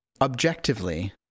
objectively